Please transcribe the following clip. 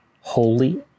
holy